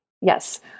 Yes